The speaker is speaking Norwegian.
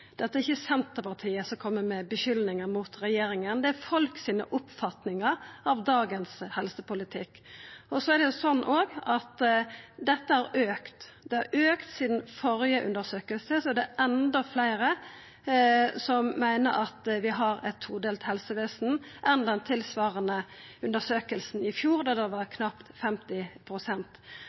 dag. Det er ikkje Senterpartiet som kjem med skuldingar mot regjeringa – det er folk sine oppfatningar av dagens helsepolitikk. Og dette har auka. Det har auka sidan førre undersøking, så det er enda fleire som meiner at vi har eit todelt helsevesen enn i den tilsvarande undersøkinga i fjor, da det var knapt